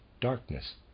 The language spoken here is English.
darkness